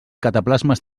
cataplasmes